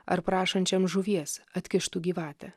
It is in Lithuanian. ar prašančiam žuvies atkištų gyvatę